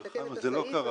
אתה מתקן את הסעיף,